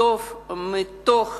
מתוך